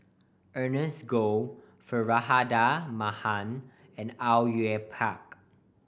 Ernest Goh Faridah Hanum and Au Yue Pak